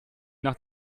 nach